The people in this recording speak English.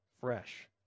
fresh